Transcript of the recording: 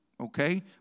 Okay